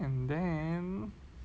and then